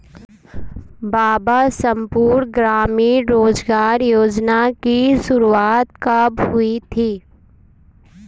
बाबा संपूर्ण ग्रामीण रोजगार योजना की शुरुआत कब हुई थी?